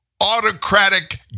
autocratic